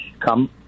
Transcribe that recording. come